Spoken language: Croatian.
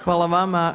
Hvala vama.